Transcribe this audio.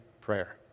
prayer